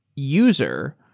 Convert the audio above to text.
user,